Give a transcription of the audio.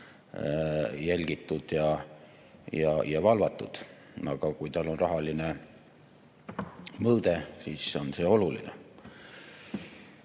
jälgitud ja valvatud. Kui sel on rahaline mõõde, siis on see oluline.